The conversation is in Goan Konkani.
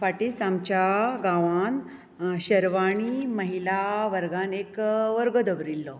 फाटींच आमच्या गांवांत शर्वाणी महिला वर्गान एक वर्ग दवरिल्लो